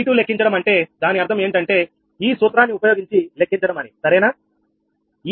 P2 లెక్కించడం అంటే దాని అర్థం ఏమిటంటే ఈ సూత్రాన్ని ఉపయోగించి లెక్కించడం అని సరేనా